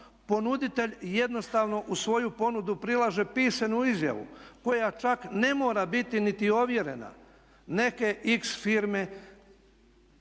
Ponuditelj jednostavno u svoju ponudu prilaže pisanu izjavu koja čak ne mora biti niti ovjerena, neke X firme